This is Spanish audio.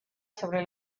sobre